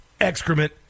Excrement